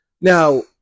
Now